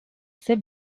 ise